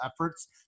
efforts